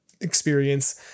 experience